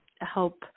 help